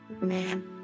Man